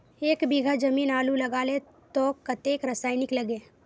एक बीघा जमीन आलू लगाले तो कतेक रासायनिक लगे?